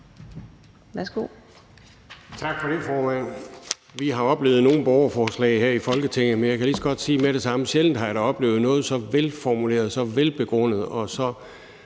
Tak for det, formand. Vi har oplevet en del borgerforslag her i Folketinget, men jeg kan lige så godt sige med det samme, at jeg da sjældent har oplevet noget så velformuleret, så velbegrundet og så